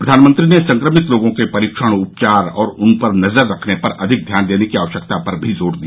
प्रधानमंत्री ने संक्रमित लोगों के परीक्षण उपचार और उन पर नजर रखने पर अधिक ध्यान देने की आवश्यकता पर भी जोर दिया